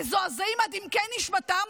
מזועזעים עד עמקי נשמתם,